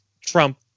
Trump